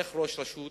איך ראש רשות